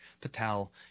Patel